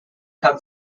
come